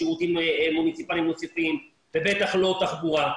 לא שירותים מוניציפאליים נוספים, ובטח לא תחבורה.